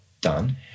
done